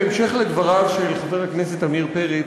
בהמשך דבריו של חבר הכנסת עמיר פרץ,